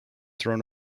thrown